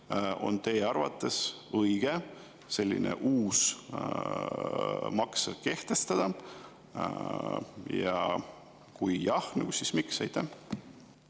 on teie arvates õige selline uus maks kehtestada? Ja kui jah, siis miks? Aitäh!